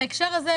בהקשר הזה,